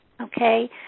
Okay